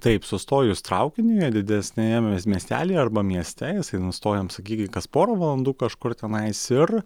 taip sustojus traukiniui didesnėje mes miestelyje arba mieste jis nu stojam sakykim kas porą valandų kažkur tenais ir